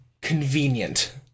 Convenient